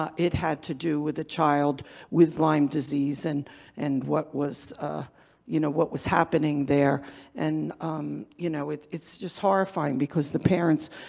ah it had to do with a child with lyme disease and and what was ah you know what was happening there and you know it's just horrifying, because the parents.